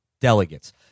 delegates